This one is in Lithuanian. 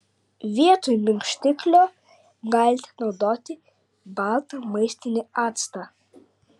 vietoj minkštiklio galite naudoti baltą maistinį actą